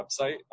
website